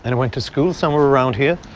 and went to school somewhere around here?